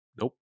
nope